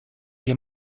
hier